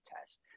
test